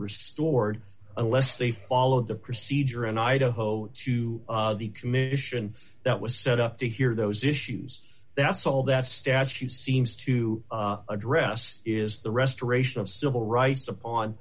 restored unless they followed the procedure and i don't whoa to the commission that was set up to hear those issues that's all that statue seems to address is the restoration of civil rights upon